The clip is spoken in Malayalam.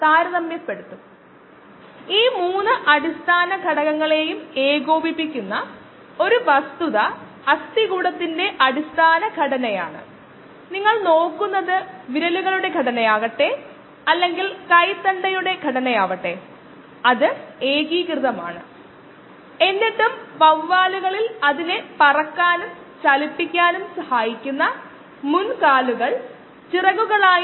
നമുക്ക് y ആക്സിസിൽ ഒരു ലോഗ് സ്കെയിലിൽ പ്രാപ്യമായ കോശങ്ങളുടെ ശതമാന സാന്ദ്രതയുണ്ട് x ആക്സിസിൽ സമയമാണ് ഇത് ഒരു ലോഗ് സ്കെയിലിലായിരിക്കുമ്പോൾ ബന്ധം രേഖീയമാണ്